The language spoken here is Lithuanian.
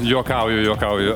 juokauju juokauju